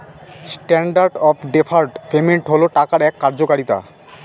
standard of deferred payment হল টাকার এক কার্যকারিতা